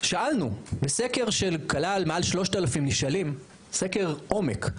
שאלנו בסקר שכלל מעל 3,000 נשאלים, סקר עומק,